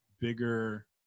bigger